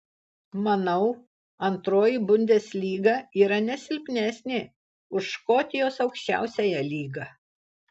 manau antroji bundeslyga yra ne silpnesnė už škotijos aukščiausiąją lygą